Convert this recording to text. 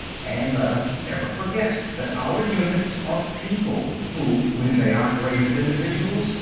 and let us never forget that our units are people who, when they operate as individuals,